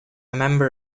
member